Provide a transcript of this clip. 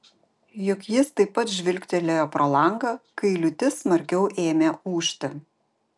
juk jis taip pat žvilgtelėjo pro langą kai liūtis smarkiau ėmė ūžti